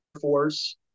force